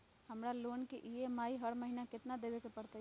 हमरा लोन के ई.एम.आई हर महिना केतना देबे के परतई?